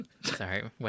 Sorry